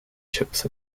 chips